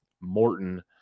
Morton